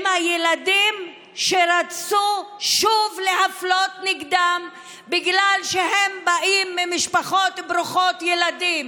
עם הילדים שרצו שוב להפלות אותם בגלל שהם באים ממשפחות ברוכות ילדים.